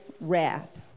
wrath